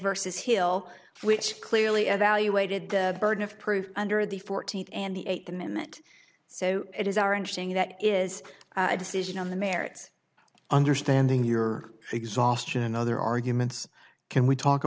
versus hill which clearly evaluated the burden of proof under the fourteenth and the eighth amendment so it is our interesting that is a decision on the merits understanding your exhaustion and other arguments can we talk